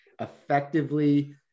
effectively